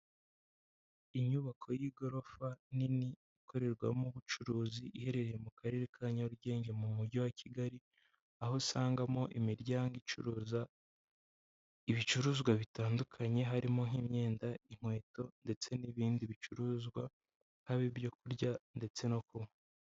Inyubako y'igorofa nini ikorerwamo ubucuruzi iherereye mu karere ka Nyarugenge mu mujyi wa Kigali, aho usangamo imiryango icuruza ibicuruzwa bitandukanye, harimo nk'imyenda, inkweto ndetse n'ibindi bicuruzwa hababyo kurya ndetse no kunywa.